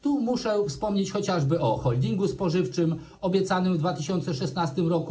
Tu muszę wspomnieć chociażby o holdingu spożywczym obiecanym w 2016 r.